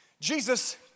Jesus